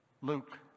Luke